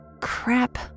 Crap